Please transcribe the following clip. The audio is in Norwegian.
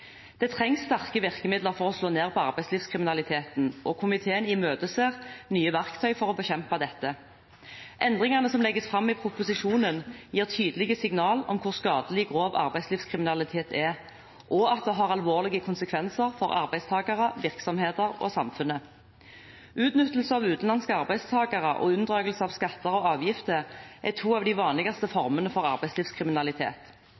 Det trengs sterke virkemidler for å slå ned på arbeidslivskriminaliteten, og komiteen imøteser nye verktøy for å bekjempe dette. Endringene som legges fram i proposisjonen, gir tydelige signaler om hvor skadelig grov arbeidslivskriminalitet er, og at det har alvorlige konsekvenser for arbeidstakere, virksomheter og samfunnet. Utnyttelse av utenlandske arbeidstakere og unndragelse av skatter og avgifter er to av de vanligste